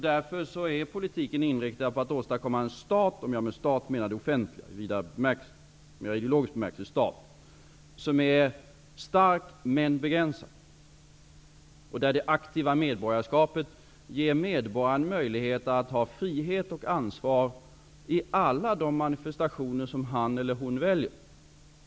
Därför är politiken inriktad på att åstadkomma en stat -- om jag med stat menar det offentliga i vidare, mer ideologisk bemärkelse -- som är stark men begränsad, och där det aktiva medborgarskapet ger medborgaren möjlighet att känna frihet och ta ansvar i alla de manifestationer som han eller hon väljer.